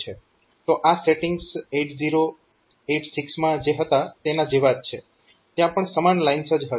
તો આ સેટિંગ્સ 8086 માં જે હતા તેના જેવા જ છે ત્યાં પણ સમાન લાઇન્સ જ હતી